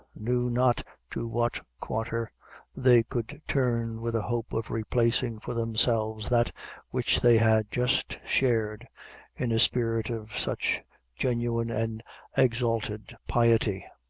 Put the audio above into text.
knew not to what quarter they could turn with a hope of replacing for themselves that which they had just shared in a spirit of such genuine and exalted piety.